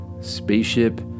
Spaceship